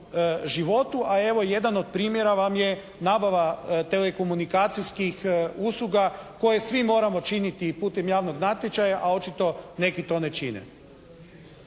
životu, a evo jedan od primjera vam je nabava telekomunikacijskih usluga koje svi moramo činiti putem javnog natječaja, a očito neki to ne čine.